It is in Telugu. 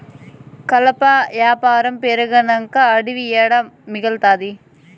కలప యాపారం పెరిగినంక అడివి ఏడ మిగల్తాది